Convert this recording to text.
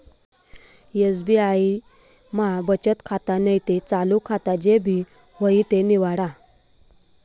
SBI मा बचत खातं नैते चालू खातं जे भी व्हयी ते निवाडा